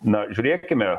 na žiūrėkime